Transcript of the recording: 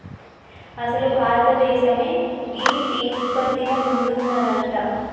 అసలు భారతదేసమే గీ టీ ఉత్పత్తిల ముందున్నదంట